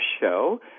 show